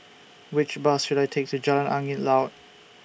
Which Bus should I Take to Jalan Angin Laut